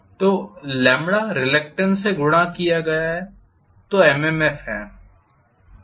तो रिलक्टेन्स से गुणा किया गया तो MMF है